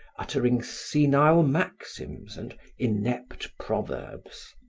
uttering senile maxims and inept proverbs.